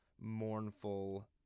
mournful